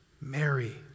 Mary